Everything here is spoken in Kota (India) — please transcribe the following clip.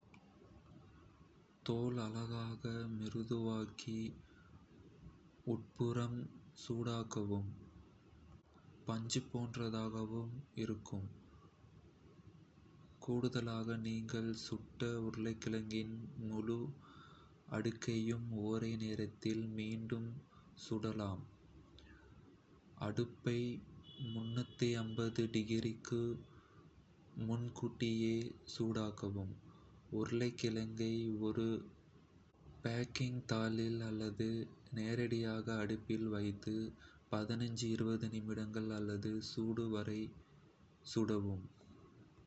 தோல் அழகாக மிருதுவாகி, உட்புறம் சூடாகவும் பஞ்சுபோன்றதாகவும் இருக்கும். கூடுதலாக, நீங்கள் சுட்ட உருளைக்கிழங்கின் முழு அடுக்கையும் ஒரே நேரத்தில் மீண்டும் சூடாக்கலாம். அடுப்பை டிகிரிக்கு முன்கூட்டியே சூடாக்கவும். உருளைக்கிழங்கை ஒரு பேக்கிங் தாளில் அல்லது நேரடியாக அடுப்பில் வைத்து, நிமிடங்கள் அல்லது சூடு வரை சுடவும்.